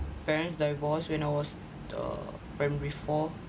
parents divorced when I was uh primary four